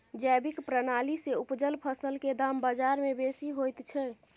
जैविक प्रणाली से उपजल फसल के दाम बाजार में बेसी होयत छै?